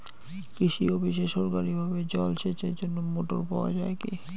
কৃষি অফিসে সরকারিভাবে জল সেচের জন্য মোটর পাওয়া যায় কি?